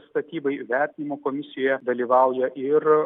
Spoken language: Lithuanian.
statybai vertinimo komisijoje dalyvauja ir